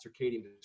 circadian